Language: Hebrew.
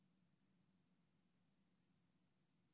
זו